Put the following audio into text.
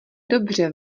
dobře